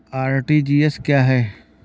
RTGS क्या है?